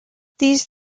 these